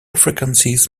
frequencies